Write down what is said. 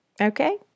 okay